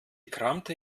kramte